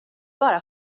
bara